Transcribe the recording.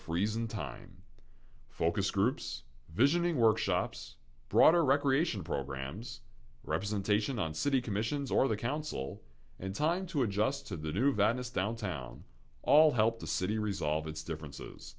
freeze in time focus groups visioning workshops broader recreation programs representation on city commissions or the council and time to adjust to the new venues downtown all help the city resolve its differences